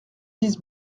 dix